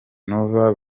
nova